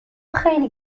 خیلی